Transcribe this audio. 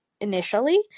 initially